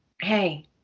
hey